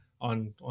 on